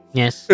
yes